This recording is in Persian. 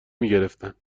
میگرفتن